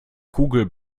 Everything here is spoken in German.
kugel